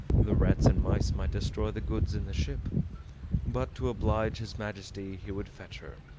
the rats and mice might destroy the goods in the ship but to oblige his majesty he would fetch her.